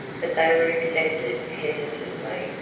but they were accepted hesitatingly,